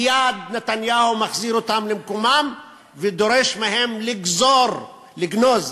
מייד נתניהו מחזיר אותם למקומם ודורש מהם לגזור לגנוז,